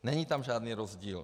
Není tam žádný rozdíl.